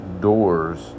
doors